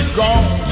gone